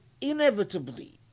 inevitably